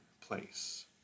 place